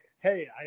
Hey